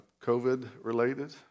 COVID-related